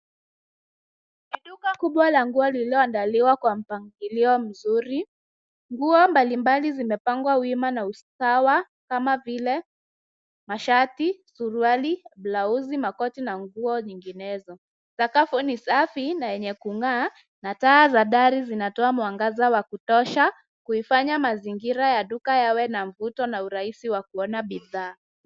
Ni duka kubwa lililoandaliwa kwa mpangilio mzuri. Nguo mbalimbali zimepangwa wima na usawa kama vile mashati, suruali, blauzi, makoti na nguo nyinginezo. Sakafu ni safi na yenye kung'aa na taa za dari zinatoa mwangaza wa kutosha kuifanya mazingira ya duka yawe na mvuto na urahisi wa kuona bidhaa.